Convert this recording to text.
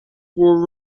were